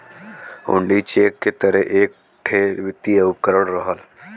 हुण्डी cheque के तरे एक ठे वित्तीय उपकरण रहल